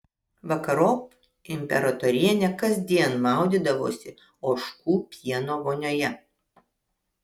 vakarop imperatorienė kasdien maudydavosi ožkų pieno vonioje